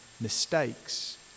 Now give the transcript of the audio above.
mistakes